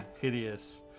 hideous